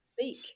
speak